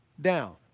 down